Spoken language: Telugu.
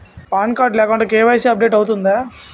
పాన్ కార్డ్ లేకుండా కే.వై.సీ అప్ డేట్ అవుతుందా?